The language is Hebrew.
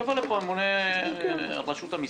יבוא לפה הממונה על רשות המסים.